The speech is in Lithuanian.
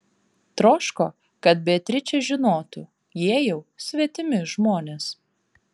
troško kad beatričė žinotų jie jau svetimi žmonės